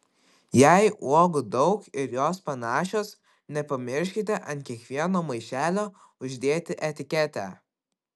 jei uogų daug ir jos panašios nepamirškite ant kiekvieno maišelio uždėti etiketę